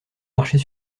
marcher